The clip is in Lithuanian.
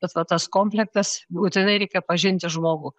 bet va tas komplektas būtinai reikia pažinti žmogų